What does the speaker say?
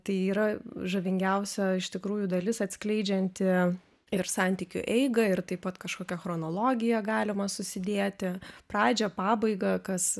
tai yra žavingiausia iš tikrųjų dalis atskleidžianti ir santykių eigą ir taip pat kažkokią chronologiją galima susidėti pradžią pabaigą kas